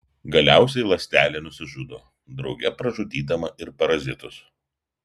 galiausiai ląstelė nusižudo drauge pražudydama ir parazitus